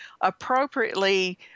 appropriately